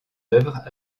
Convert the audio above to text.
œuvres